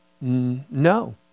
No